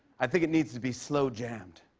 i think it needs to be slow jammed.